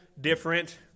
different